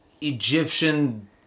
Egyptian